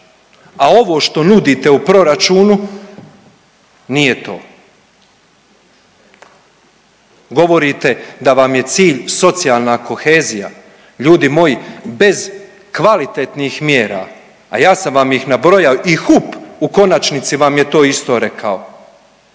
a ovo što nudite u proračunu nije to. Govorite da vam je cilj socijalna kohezija, ljudi moji bez kvalitetnih mjera, a ja sam vam ih nabrojao i HUP u konačnici vam je to isto rekao,